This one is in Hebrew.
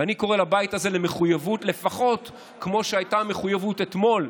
אני קורא לבית הזה למחויבות לפחות כמו שהייתה המחויבות אתמול,